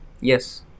Yes